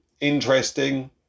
interesting